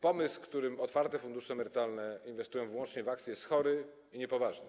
Pomysł, zgodnie z którym otwarte fundusze emerytalne inwestują wyłącznie w akcje, jest chory i niepoważny.